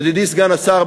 ידידי סגן השר,